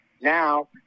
now